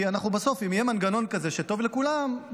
כי אם בסוף יהיה מנגנון שטוב לכולם,